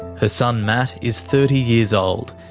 her son, matt, is thirty years old.